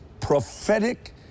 prophetic